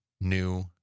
new